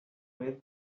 with